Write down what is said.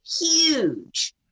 Huge